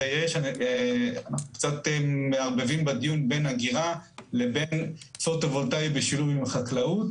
אנחנו קצת מערבבים בדיון בין אגירה לבין פוטו-וולטאי בשילוב עם חקלאות.